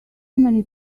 many